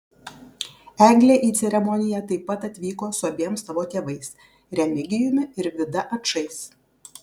eglė į ceremoniją taip pat atvyko su abiem savo tėvais remigijumi ir vida ačais